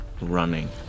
running